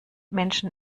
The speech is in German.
menschen